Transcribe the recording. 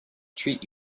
treat